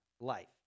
life